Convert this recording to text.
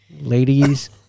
Ladies